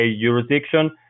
jurisdiction